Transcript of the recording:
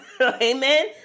Amen